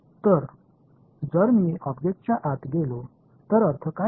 तर जर मी ऑब्जेक्टच्या आत गेलो तर अर्थ काय आहे